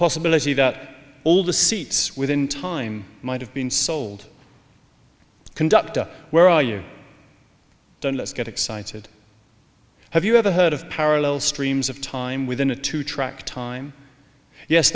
possibility that all the seats within time might have been sold conductor where are you don't let's get excited have you ever heard of parallel streams of time within a two track time yes